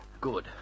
Good